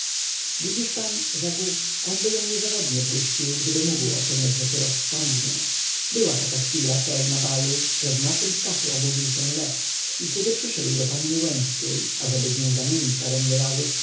widzisz pan rzekł onby ją niezawodnie puścił gdyby mógł oceniać rzeczy rozsądnie była taka chwila wczoraj na balu że w naszym stachu obudził się lew i kiedy przyszedł do panny łęckiej ażeby z nią zamienić parę